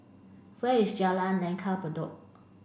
where is Jalan Langgar Bedok